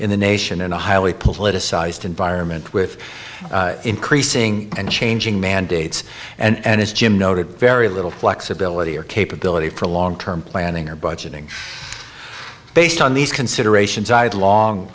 in the nation in a highly politicized environment with increasing and changing mandates and as jim noted very little flexibility or capability for long term planning or budgeting based on these considerations i